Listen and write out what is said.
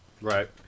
Right